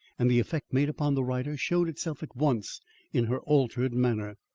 and the effect made upon the writer showed itself at once in her altered manner.